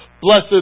Blessed